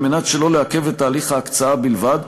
על מנת שלא לעכב את תהליך ההקצאה בלבד,